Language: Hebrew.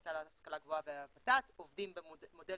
המועצה להשכלה גבוהה והוות"ת עובדים במודל